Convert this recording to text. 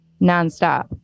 nonstop